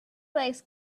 legs